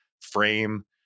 frame